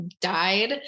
died